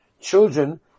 children